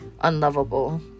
unlovable